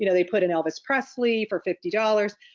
you know they put in elvis presley for fifty dollars.